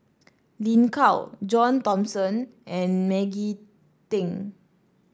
Lin Gao John Thomson and Maggie Teng